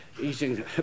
eating